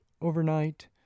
overnight